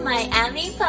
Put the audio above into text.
Miami